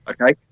okay